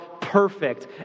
perfect